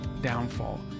downfall